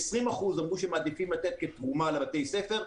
20% אמרו שהם מעדיפים לתת כתרומה לבתי הספר.